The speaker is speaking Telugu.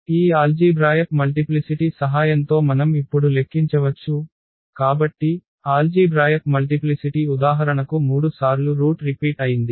ఈ ఆల్జీభ్రాయక్ మల్టిప్లిసిటి సహాయంతో మనం ఇప్పుడు లెక్కించవచ్చు కాబట్టి ఆల్జీభ్రాయక్ మల్టిప్లిసిటి ఉదాహరణకు 3 సార్లు రూట్ రిపీట్ అయింది